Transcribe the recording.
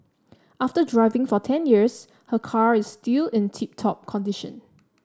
after driving for ten years her car is still in tip top condition